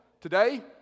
today